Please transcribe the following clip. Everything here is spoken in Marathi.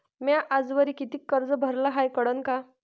म्या आजवरी कितीक कर्ज भरलं हाय कळन का?